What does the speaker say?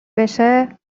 بشه